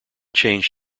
changed